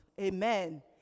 Amen